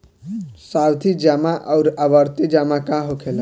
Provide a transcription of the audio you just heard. सावधि जमा आउर आवर्ती जमा का होखेला?